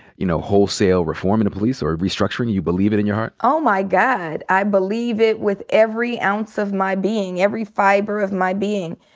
you know, wholesale reform in the police or restructuring? you believe it in your heart? oh, my god. i believe it with every ounce of my being, every fiber of my being.